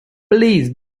please